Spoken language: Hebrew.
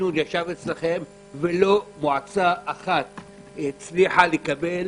התכנון ישב אצלכם ולא מועצה אחת הצליחה לקבל